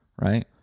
right